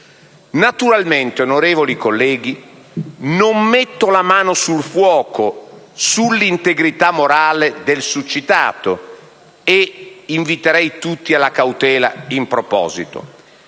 Naturalmente, onorevoli colleghi, non metto la mano sul fuoco sull'integrità morale del succitato e inviterei tutti alla cautela in proposito.